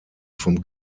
vom